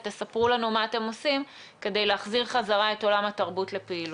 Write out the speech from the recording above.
ותספרו לנו מה אתם עושים כדי להחזיר חזרה את עולם התרבות לפעילות.